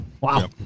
Wow